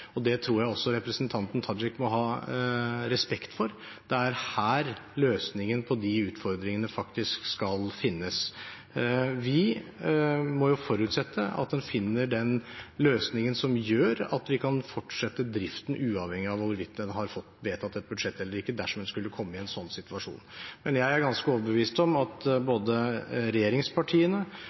og det tror jeg også representanten Tajik må ha respekt for. Det er her løsningen på de utfordringene faktisk skal finnes. Vi må forutsette at en finner den løsningen som gjør at vi kan fortsette driften uavhengig av hvorvidt en har fått vedtatt et budsjett eller ikke, dersom en skulle komme i en sånn situasjon. Men jeg er ganske overbevist om at både regjeringspartiene